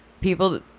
people